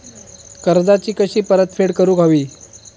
कर्जाची कशी परतफेड करूक हवी?